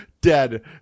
dead